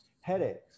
headaches